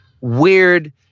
weird